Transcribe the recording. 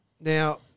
Now